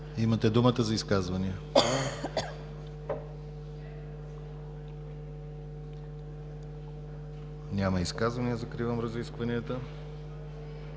Имате думата за изказвания. Няма изказвания. Закривам разискванията.